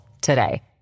today